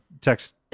text